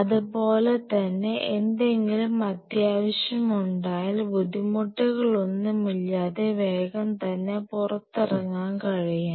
അതുപോലെതന്നെ എന്തെങ്കിലും അത്യാവശ്യം ഉണ്ടായാൽ ബുദ്ധിമുട്ടുകൾ ഒന്നുമില്ലാതെ വേഗം തന്നെ പുറത്തേക്കിറങ്ങാൻ കഴിയണം